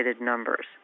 numbers